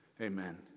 amen